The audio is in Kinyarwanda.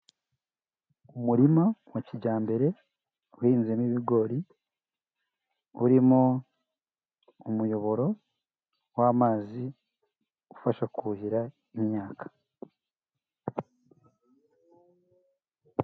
Umurima wa kijyambere, uhinzimo ibigori, urimo umuyoboro w'amazi, ufasha kuhira, imyaka.